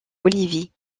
bolivie